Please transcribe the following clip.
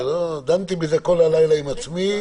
זה לא שדנתי בזה כל הלילה עם עצמי,